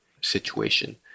situation